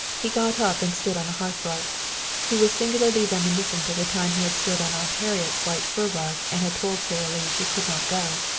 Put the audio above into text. he got up and stood on the hearthrug. he was singularly reminiscent of the time he had stood on aunt harriet's white fur rug and had told sara lee she could not go.